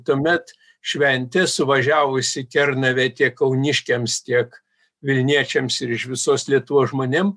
tuomet šventė suvažiavus į kernavę tiek kauniškiams tiek vilniečiams ir iš visos lietuvos žmonėm